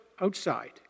outside